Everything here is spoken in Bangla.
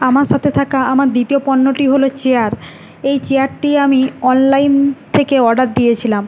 আমার সাথে থাকা আমার দ্বিতীয় পণ্যটি হল চেয়ার এই চেয়ারটি আমি অনলাইন থেকে অর্ডার দিয়েছিলাম